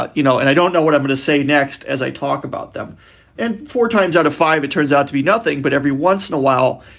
you know, and i don't know what i'm going to say next. as i talk about them and four times out of five, it turns out to be nothing. but every once in a while,